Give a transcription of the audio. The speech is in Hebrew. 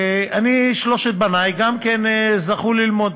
שלושת בני גם כן זכו ללמוד,